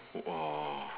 !wah!